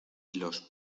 los